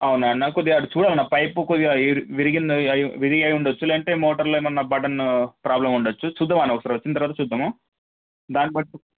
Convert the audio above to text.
అవునా అన్న కొద్దిగా అది చూడాలన్న పైప్ కొద్దిగా విరిగి విరిగిందా విరిగి ఉండొచ్చు లేదంటే మోటర్లో ఏమన్నా బటను ప్రాబ్లమ్ ఉండొచ్చు చూద్దాం అన్న ఒకేసారి వచ్చిన తరువాత చూద్దాము దాన్నిబట్టి